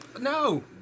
No